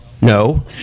no